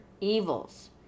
evils